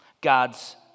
God's